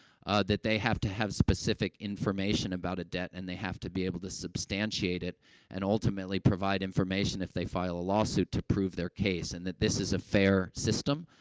that they have to have specific information about a debt, and they have to be able to substantiate it and, ultimately, provide information, if they file a lawsuit, to prove their case and that this is a fair system,